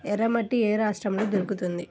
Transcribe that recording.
ఎర్రమట్టి ఏ రాష్ట్రంలో దొరుకుతుంది?